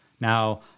now